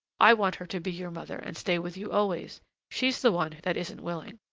i want her to be your mother and stay with you always she's the one that isn't willing.